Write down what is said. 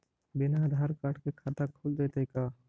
बिना आधार कार्ड के खाता खुल जइतै का?